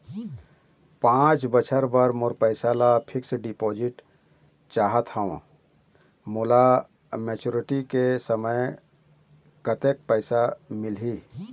पांच बछर बर मोर पैसा ला फिक्स डिपोजिट चाहत हंव, मोला मैच्योरिटी के समय कतेक पैसा मिल ही?